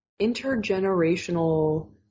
intergenerational